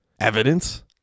Evidence